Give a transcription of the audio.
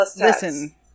listen